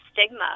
stigma